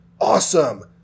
awesome